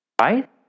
Right